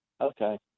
Okay